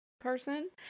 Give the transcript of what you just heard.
person